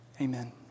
Amen